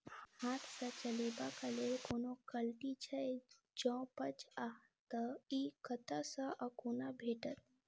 हाथ सऽ चलेबाक लेल कोनों कल्टी छै, जौंपच हाँ तऽ, इ कतह सऽ आ कोना भेटत?